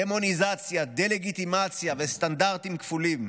דמוניזציה, דה-לגיטימציה וסטנדרטים כפולים,